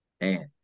man